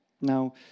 Now